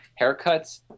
haircuts